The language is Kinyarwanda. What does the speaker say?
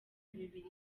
bibiri